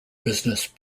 business